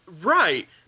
right